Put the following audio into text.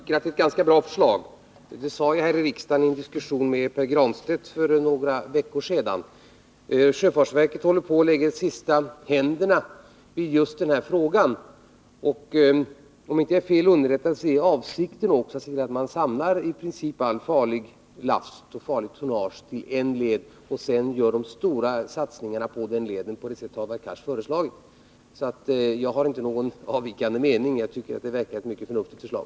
Herr talman! Jag tycker det är ett ganska bra förslag. Det sade jag här i riksdagen i en diskussion med Pär Granstedt för några veckor sedan. Sjöfartsverket håller på att lägga sista handen vid just denna fråga. Om jag inte är fel underrättad, är avsikten också att samla i princip allt farligt tonnage till en led och sedan göra de stora satsningarna på den leden, på det sätt som tycker det verkar vara ett mycket förnuftigt förslag.